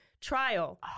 trial